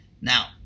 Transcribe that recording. Now